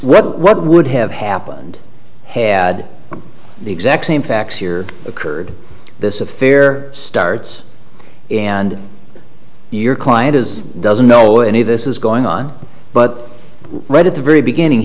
what would have happened had the exact same facts here occurred this affair starts and your client is doesn't know any of this is going on but right at the very beginning